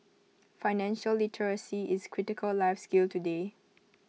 financial literacy is A critical life skill today